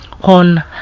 On